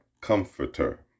comforter